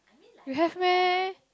you have meh